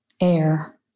air